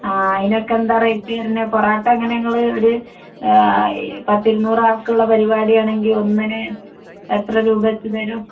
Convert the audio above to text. ആ അതിനൊക്കെ എന്താ റേറ്റ് വരുന്നത് പൊറോട്ട എങ്ങനെയാണ് നിങ്ങൾ ഒരു പത്തിരുന്നൂറ് ആൾക്കുള്ള പരിപാടിയാണെങ്കിൽ ഒന്നിന് എത്ര രൂപ വെച്ച് തരും